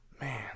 Man